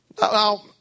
Now